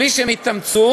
בלי שהם התאמצו.